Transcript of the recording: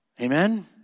Amen